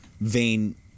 vain